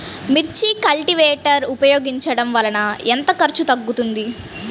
మిర్చి కల్టీవేటర్ ఉపయోగించటం వలన ఎంత ఖర్చు తగ్గుతుంది?